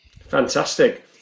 Fantastic